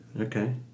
Okay